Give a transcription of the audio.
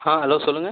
ஆ hello சொல்லுங்கள்